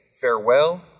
farewell